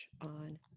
on